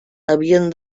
havien